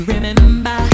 Remember